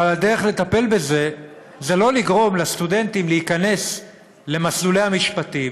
אבל הדרך לטפל בזה זה לא לגרום לסטודנטים להיכנס למסלולי המשפטים,